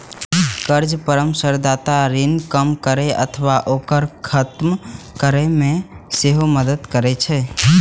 कर्ज परामर्शदाता ऋण कम करै अथवा ओकरा खत्म करै मे सेहो मदति करै छै